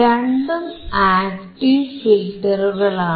രണ്ടും ആക്ടീവ് ഫിൽറ്ററുകളാണ്